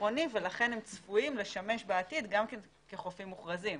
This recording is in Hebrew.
עירוני ולכן אם צפויים לשמש בעתיד גם כחופים מוכרזים.